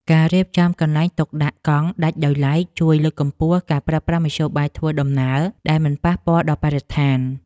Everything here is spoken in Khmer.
ការរៀបចំកន្លែងទុកដាក់កង់ដាច់ដោយឡែកជួយលើកកម្ពស់ការប្រើប្រាស់មធ្យោបាយធ្វើដំណើរដែលមិនប៉ះពាល់ដល់បរិស្ថាន។